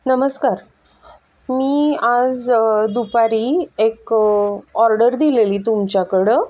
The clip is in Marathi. नमस्कार मी आज दुपारी एक ऑर्डर दिलेली तुमच्याकडं